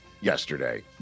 yesterday